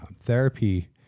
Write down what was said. therapy